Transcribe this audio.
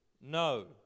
No